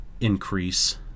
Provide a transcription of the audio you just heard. increase